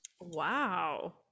Wow